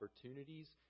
opportunities